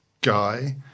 guy